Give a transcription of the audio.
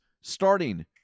Starting